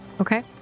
Okay